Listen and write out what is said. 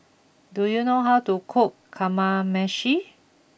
do you know how to cook Kamameshi